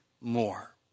more